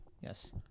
Yes